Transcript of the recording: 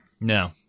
No